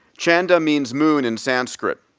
chandah means moon in sanskrit.